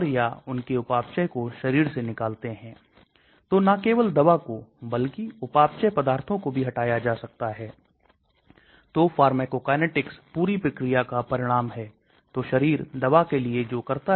यह तेजी से fosinoprilat मैं hydrolyzed हो जाता है जोकि एक सक्रिय मेटाबॉलिट है जो ACE का अवरोध करता है जोकि angiotensin I से angiotensin II के रूपांतरण के लिए जिम्मेदार है